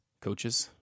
Coaches